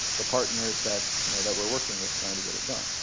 the partners that you know that were working with trying to get it done.